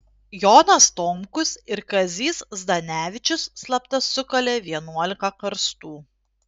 jonas tomkus ir kazys zdanevičius slapta sukalė vienuolika karstų